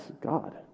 God